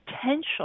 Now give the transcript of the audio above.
potential